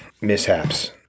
mishaps